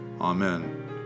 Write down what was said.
Amen